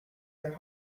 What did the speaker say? your